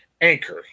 Anchor